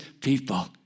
people